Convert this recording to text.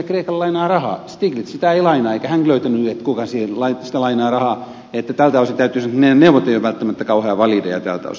stiglitz sitä ei lainaa eikä hän löytänyt tietoa siitä kuka sitä rahaa lainaa niin että tältä osin täytyy sanoa että ne neuvot eivät ole välttämättä kauhean valideja tältä osin